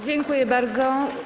Dziękuję bardzo.